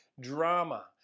drama